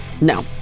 no